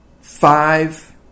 five